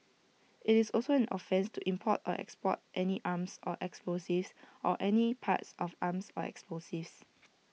IT is also an offence to import or export any arms or explosives or any parts of arms or explosives